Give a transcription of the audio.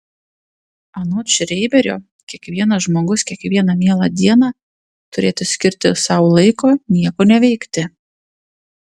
anot šreiberio kiekvienas žmogus kiekvieną mielą dieną turėtų skirti sau laiko nieko neveikti